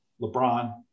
LeBron